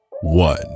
one